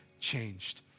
changed